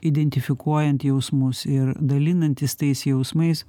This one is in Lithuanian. identifikuojant jausmus ir dalinantis tais jausmais